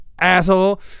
asshole